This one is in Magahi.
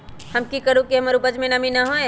हम की करू की हमर उपज में नमी न होए?